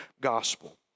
gospel